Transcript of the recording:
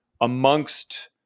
amongst –